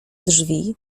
drzwi